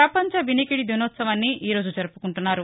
ప్రపంచ వినికిడి దినోత్పవాన్ని ఈ రోజు జరుపుకుంటున్నారు